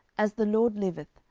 as the lord liveth,